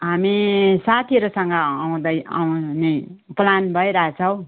हामी साथीहरूसँग आउँदै आउने प्लान भइरहेछ हौ